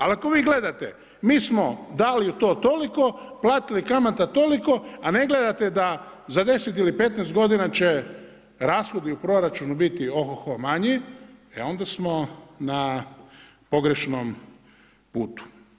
Ali ako vi gledate, mi smo dali u to toliko, platili kamata toliko, a ne gledate da za 10 ili 15 godina će rashodi u proračunu biti o-ho-ho manji, e onda smo na pogrešnom putu.